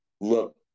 look